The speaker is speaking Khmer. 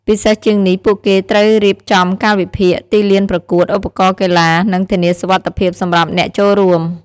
ពិសេសជាងនេះពួកគេត្រូវរៀបចំកាលវិភាគ ទីលានប្រកួត ឧបករណ៍កីឡា និងធានាសុវត្ថិភាពសម្រាប់អ្នកចូលរួម។